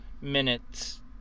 minutes